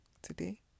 Today